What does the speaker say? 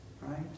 right